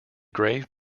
grave